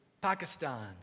Pakistan